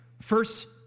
First